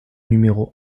numéro